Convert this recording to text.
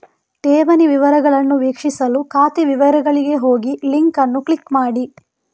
ಠೇವಣಿ ವಿವರಗಳನ್ನು ವೀಕ್ಷಿಸಲು ಖಾತೆ ವಿವರಗಳಿಗೆ ಹೋಗಿಲಿಂಕ್ ಅನ್ನು ಕ್ಲಿಕ್ ಮಾಡಿ